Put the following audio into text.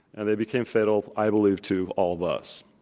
and they became fatal, i believe, to all of us.